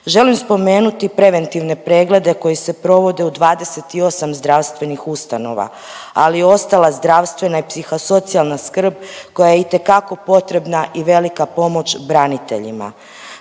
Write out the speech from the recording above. Želim spomenuti preventivne preglede koji se provode u 28 zdravstvenih ustanova, ali i ostala zdravstvena i psihosocijalna skrb koja je itekako potrebna i velika pomoć braniteljima.